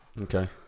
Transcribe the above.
Okay